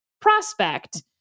prospect